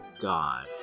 god